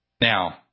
Now